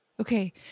Okay